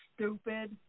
stupid